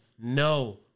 no